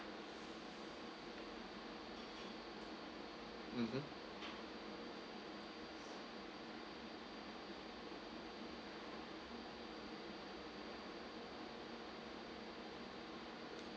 mmhmm